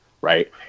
right